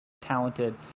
talented